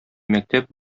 мәктәп